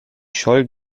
scholl